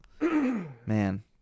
man